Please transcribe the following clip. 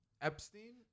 Epstein